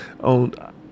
on